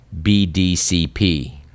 BDCP